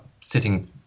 sitting